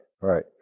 right